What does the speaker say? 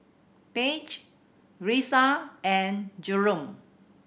Page Risa and Jerome